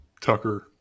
Tucker